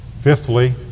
Fifthly